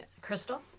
Crystal